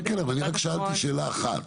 כן, אבל שאלתי רק שאלה אחת: